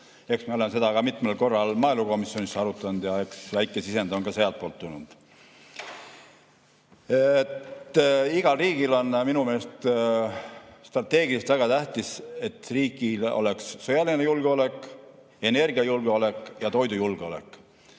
Eks me oleme seda mitmel korral maaelukomisjonis arutanud ja väike sisend on ka sealtpoolt tulnud. Igale riigile on minu meelest strateegiliselt väga tähtis, et riigil oleks sõjaline julgeolek, energiajulgeolek ja toidujulgeolek.